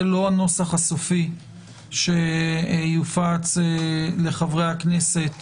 זה לא הנוסח הסופי שיופץ לחברי הכנסת